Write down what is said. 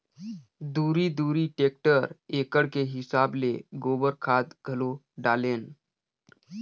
दूरी दूरी टेक्टर एकड़ के हिसाब ले गोबर खाद घलो डालेन